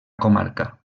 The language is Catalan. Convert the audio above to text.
comarca